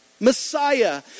Messiah